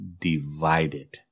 divided